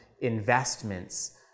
investments